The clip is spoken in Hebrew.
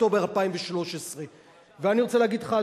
אוקטובר 2013. ואני רוצה להגיד לך,